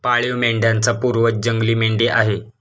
पाळीव मेंढ्यांचा पूर्वज जंगली मेंढी आहे